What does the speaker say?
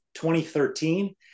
2013